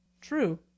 true